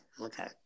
Okay